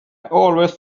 always